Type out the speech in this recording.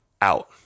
out